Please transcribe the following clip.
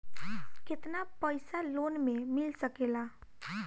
केतना पाइसा लोन में मिल सकेला?